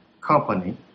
company